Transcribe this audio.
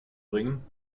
bringen